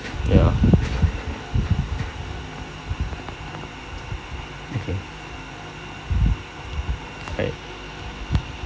ya okay right